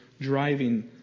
driving